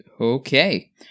Okay